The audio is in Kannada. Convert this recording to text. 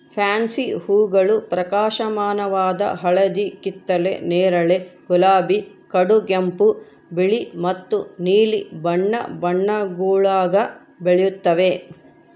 ಫ್ಯಾನ್ಸಿ ಹೂಗಳು ಪ್ರಕಾಶಮಾನವಾದ ಹಳದಿ ಕಿತ್ತಳೆ ನೇರಳೆ ಗುಲಾಬಿ ಕಡುಗೆಂಪು ಬಿಳಿ ಮತ್ತು ನೀಲಿ ಬಣ್ಣ ಬಣ್ಣಗುಳಾಗ ಬೆಳೆಯುತ್ತವೆ